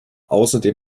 außerdem